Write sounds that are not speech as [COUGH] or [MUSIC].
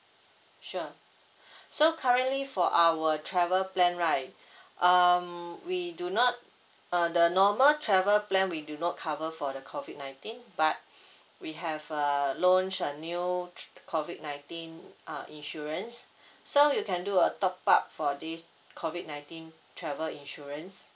sure [BREATH] so currently for our travel plan right [BREATH] um we do not uh the normal travel plan we do not cover for the COVID nineteen but [BREATH] we have uh launch a new COVID nineteen uh insurance [BREATH] so you can do a top up for this COVID nineteen travel insurance